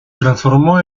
transformó